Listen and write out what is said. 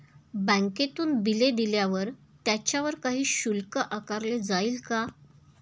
बँकेतून बिले दिल्यावर त्याच्यावर काही शुल्क आकारले जाईल का?